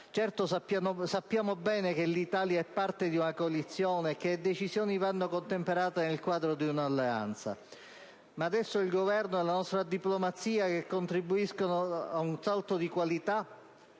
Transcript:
Certo, sappiamo bene che l'Italia è parte di una coalizione e che le decisioni vanno contemperate nel quadro di un'alleanza, ma è ora che il Governo e la nostra diplomazia contribuiscano ad un salto di qualità.